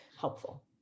helpful